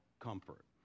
comfort